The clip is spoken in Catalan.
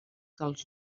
dels